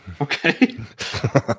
Okay